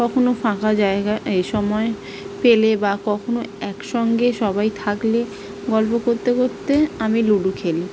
কখনো ফাঁকা জায়গা এই সময় পেলে বা কখনো একসঙ্গে সবাই থাকলে গল্প করতে করতে আমি লুডো খেলি